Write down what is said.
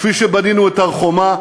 כפי שבנינו את הר-חומה,